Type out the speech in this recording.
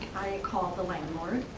i and called the landlord,